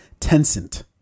Tencent